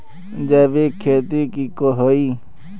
जैविक खेती की होय?